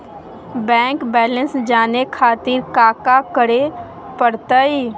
Bank balance जाने खातिर काका करे पड़तई?